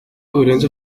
urenze